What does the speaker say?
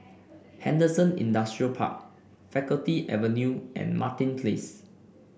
Henderson Industrial Park Faculty Avenue and Martin Place